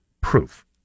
proof